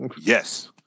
Yes